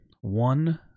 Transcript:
one